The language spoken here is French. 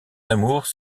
amours